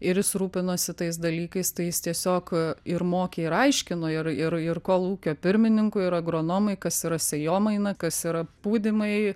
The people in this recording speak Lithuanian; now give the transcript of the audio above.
ir jis rūpinosi tais dalykais tai jis tiesiog ir mokė ir aiškino ir ir ir kolūkio pirmininkui ir agronomui kas yra sėjomaina kas yra pūdymai